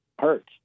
hurts